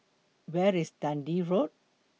Where IS Dundee Road